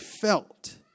felt